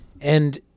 and-